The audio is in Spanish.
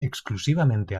exclusivamente